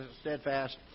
steadfast